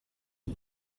die